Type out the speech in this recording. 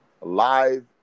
live